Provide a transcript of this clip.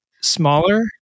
smaller